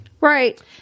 Right